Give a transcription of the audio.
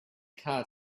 car